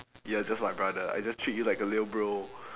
you're just my brother I just treat you like a little bro